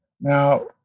Now